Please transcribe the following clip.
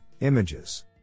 images